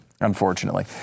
unfortunately